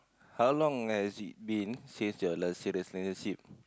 how long has it been since your last relationship